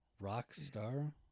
Rockstar